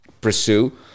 pursue